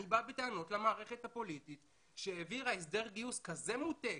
אני בא בטעות למערכת הפוליטית שהעבירה הסדר גיוס כזה מוטה,